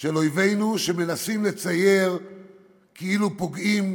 של אויבינו, שמנסים לצייר כאילו פוגעים